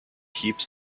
heaps